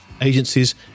agencies